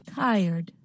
tired